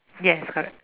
yes correct